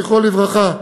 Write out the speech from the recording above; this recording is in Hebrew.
זיכרונו לברכה,